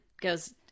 goes